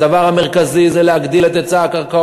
הדבר המרכזי זה להגדיל את היצע הקרקעות,